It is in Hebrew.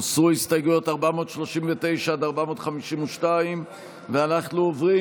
הוסרו הסתייגויות 439 452. אנחנו עוברים